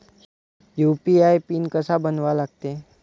UPI PIN कसा बनवा लागते?